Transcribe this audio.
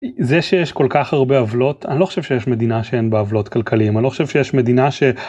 זה שיש כל כך הרבה עוולות, אני לא חושב שיש מדינה שאין בה עוולות כלכליים אני לא חושב שיש מדינה ש...